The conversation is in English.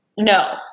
No